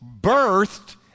birthed